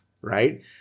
right